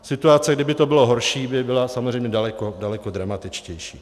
Situace, kdyby to bylo horší, by byla samozřejmě daleko, daleko dramatičtější.